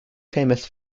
famous